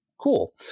cool